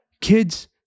Kids